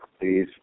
please